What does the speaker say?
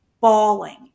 bawling